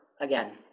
again